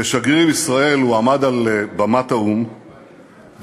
כשגריר ישראל הוא עמד על במת האו"ם וקרע